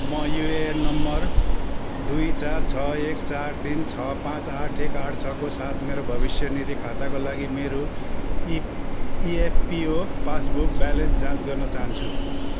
म UAN number दुई चार छ एक चार तिन छ पाँच आठ एक आठ छको साथ मेरो भविष्य निधि खाताका लागि मेरो इ इएफपियो पासबुक ब्यालेन्स जाँच गर्न चाहन्छु